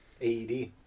aed